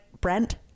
Brent